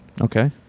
okay